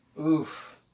Oof